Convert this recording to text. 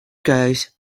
girls